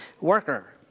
worker